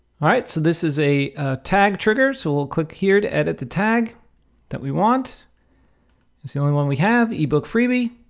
all right. so this is a tag trigger. so we'll click here to edit the tag that we want is the only one we have ebook freebie,